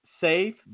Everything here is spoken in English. safe